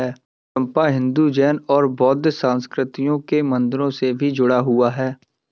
चंपा हिंदू, जैन और बौद्ध संस्कृतियों के मंदिरों से भी जुड़ा हुआ है